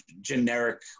generic